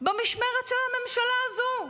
במשמרת של הממשלה הזו.